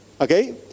okay